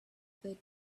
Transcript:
bit